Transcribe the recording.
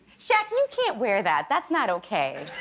shaq, you can't wear that. that's not okay.